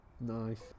Nice